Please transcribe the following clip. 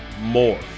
more